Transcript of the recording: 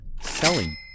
selling